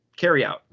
carryout